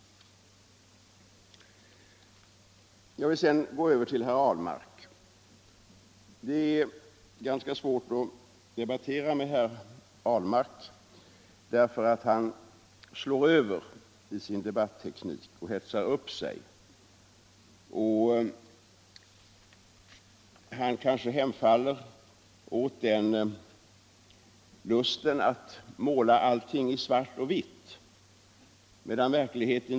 Jag vill sedan rikta mig till herr Ahlmark. Det är ganska svårt att debattera med herr Ahlmark därför att han slår över i sin debatteknik och hetsar upp sig. Och ibland hemfaller han åt lusten att måla allt i svart och vitt.